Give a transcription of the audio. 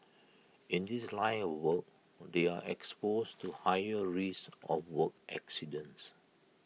in this line of work they are exposed to higher risk of work accidents